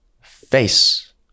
face